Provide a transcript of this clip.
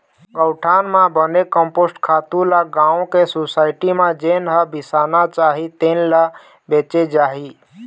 गउठान म बने कम्पोस्ट खातू ल गाँव के सुसायटी म जेन ह बिसाना चाही तेन ल बेचे जाही